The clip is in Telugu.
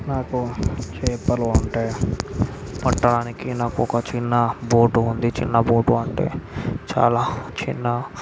నాకు చేపలు ఉంటాయి పట్టడానికి నాకు ఒక చిన్న బోటు ఉంది చిన్న బోటు అంటే చాలా చిన్న